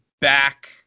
back